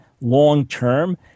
long-term